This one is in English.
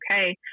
okay